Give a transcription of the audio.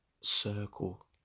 circle